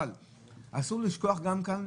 אבל אסור לשכוח גם כאן,